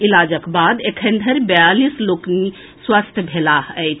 इलाजक बाद एखन धरि बियालीस लोकनि स्वस्थ भेलाह अछि